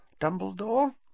Dumbledore